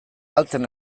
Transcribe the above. galtzen